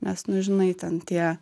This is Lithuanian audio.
nes nu žinai ten tie